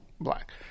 black